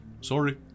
sorry